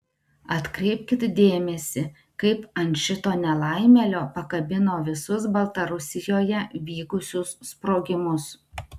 atkreipkit dėmesį kaip ant šito nelaimėlio pakabino visus baltarusijoje vykusius sprogimus